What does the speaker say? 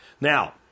Now